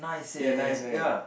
ya nice right